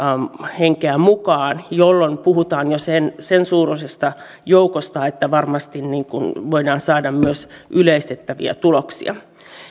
henkeä mukaan jolloin puhutaan jo sen sen suuruisesta joukosta että varmasti voidaan saada myös yleistettäviä tuloksia